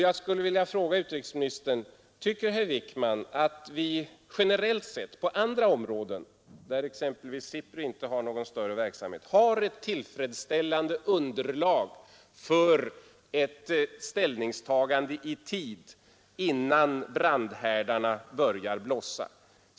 Jag skulle vilja fråga utrikesministern: Tycker herr Wickman att vi generellt sett på andra områden, där exempelvis SIPRI inte har någon större verksamhet, har ett tillfredsställande underlag för ställningstagande i tid, innan brandhärdarna börjar blossa?